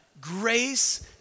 grace